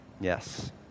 yes